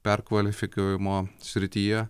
perkvalifikavimo srityje